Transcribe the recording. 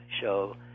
show